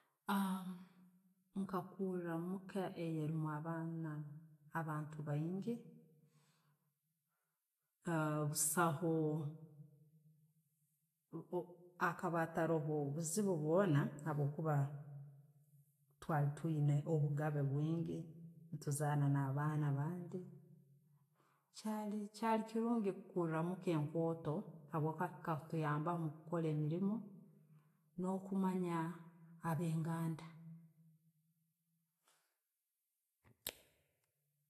Nkakura omweeka eyiina abaana, abantu baingi, busaho, akaba attaroho buziibu bwoona, twali tuyiine obugaabe bwingi, ne tuzaana na'baana bange, kyali kirungi kukuura omuuka enkooto habwokuba kiyambaho omukukora emiiriimu no'kumanya abenganda.